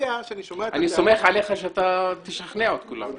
אני סומך עליך שתשכנע את כולם.